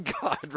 god